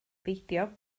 beidio